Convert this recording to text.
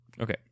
Okay